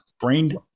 brain